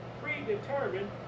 predetermined